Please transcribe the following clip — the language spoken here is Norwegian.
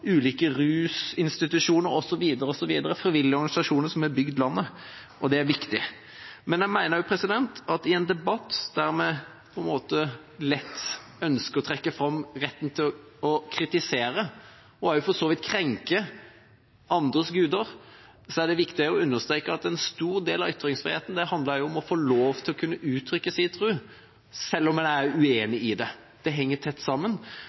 ulike rusinstitusjoner osv., og med frivillige organisasjoner som har bygd landet. Det er viktig. Men jeg mener også at i en debatt der vi lett ønsker å trekke fram retten til å kritisere, og for så vidt også krenke andres guder, er det viktig å understreke at en stor del av ytringsfriheten handler om å få lov til å kunne uttrykke sin tro, selv om en er uenig. Det henger tett sammen.